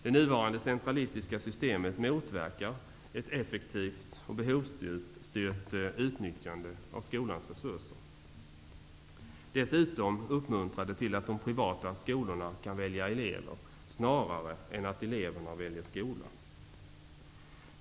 Det nuvarande centralistiska systemet motverkar ett effektivt och behovsstyrt utnyttjande av skolans resurser. Dessutom uppmuntrar det till att de privata skolorna kan välja elever snarare än att eleverna väljer skola.